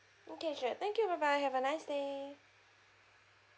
okay sure thank you bye bye have a nice day